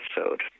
episode